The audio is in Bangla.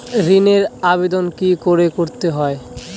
ঋণের আবেদন কি করে করতে হয়?